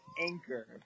Anchor